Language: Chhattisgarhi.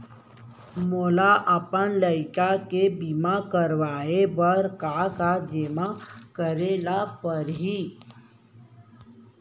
मोला अपन लइका के बीमा करवाए बर का का जेमा करे ल परही?